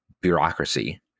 bureaucracy